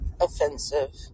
offensive